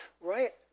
right